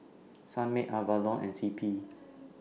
Sunmaid Avalon and CP